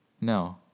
No